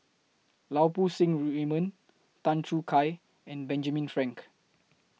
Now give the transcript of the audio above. Lau Poo Seng Raymond Tan Choo Kai and Benjamin Frank